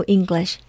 English